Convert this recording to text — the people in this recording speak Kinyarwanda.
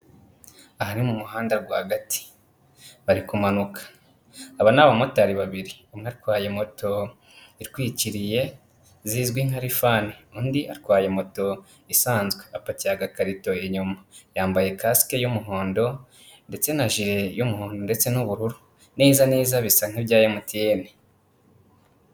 Aha ni mu muhanda rwagati bari kumanuka, aba ni abamotari babiri umwe atwaye moto itwikiriye zizwi nka rifani, undi atwaye moto isanzwe apakiye agakarito inyuma yambaye kasike y'umuhondo ndetse na jire y'umuhondo ndetse n'ubururu. Neza neza bisa nk'ibya MTN.